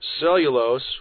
cellulose